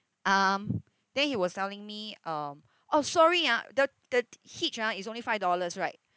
um then he was telling me um oh sorry ah the the hitch ah is only five dollars right